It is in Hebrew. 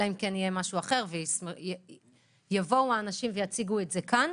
אלא אם כן יהיה משהו אחר והאנשים יבואו ויציגו את זה כאן.